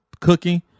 cooking